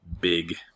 big